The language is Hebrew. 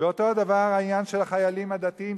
אותו דבר העניין של החיילים הדתיים,